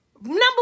Number